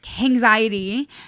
anxiety